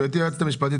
גבירתי היועצת המשפטית,